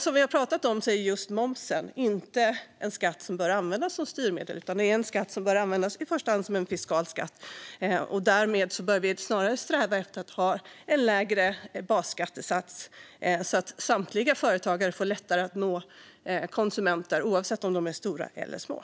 Som vi har pratat om är just momsen inte en skatt som bör användas som styrmedel utan i första hand som en fiskal skatt. Därmed bör man snarare sträva efter att ha en lägre basskattesats så att samtliga företagare, oavsett om de är stora eller små, får lättare att nå konsumenter.